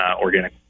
organic